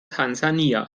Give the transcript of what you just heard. tansania